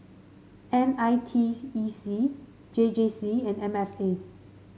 N I T E C J J C and M F A